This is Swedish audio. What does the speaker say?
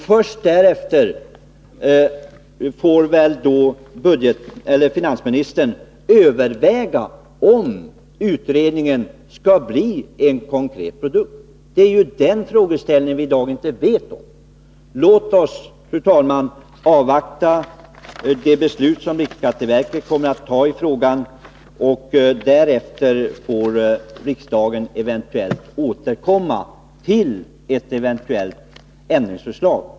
Först därefter får väl finansministern överväga om betänkandet skall leda till ett konkret förslag. Det är ju detta vi i dag inte vet någonting om. Låt oss, fru talman, avvakta det beslut som riksskatteverket kommer att fatta i frågan. Därefter får riksdagen återkomma till ett eventuellt ämnesförslag.